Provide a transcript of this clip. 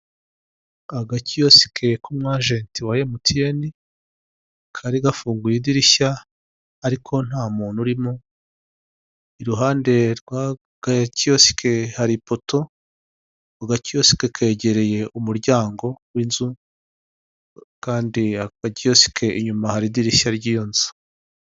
Agakiyosike k'uma ajenti wa emutiyene, kari gafunguye idirishya ariko nta muntu urimo, iruhande rw'agakiyosike hari ipoto, agakiyosike kegereye umuryango w'inzu, kandi ako gakiyosike inyuma hari idirishya ry'iyo nzu.